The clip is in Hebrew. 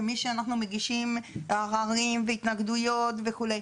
כמי שמגישים ערעורים והתנגדויות וכולה.